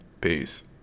Peace